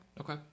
Okay